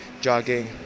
jogging